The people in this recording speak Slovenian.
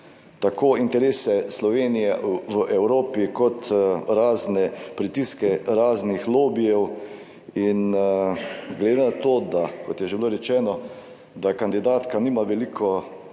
tako interese Slovenije v Evropi kot razne pritiske raznih lobijev. In glede na to, da kot je že bilo rečeno, da kandidatka nima veliko